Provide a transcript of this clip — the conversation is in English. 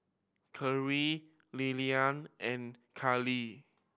Carri Lilliana and Karlee